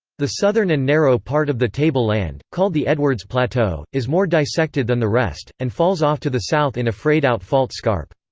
the southern and narrow part of the table-land, called the edwards plateau, is more dissected than the rest, and falls off to the south in a frayed-out fault scarp.